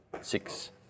Six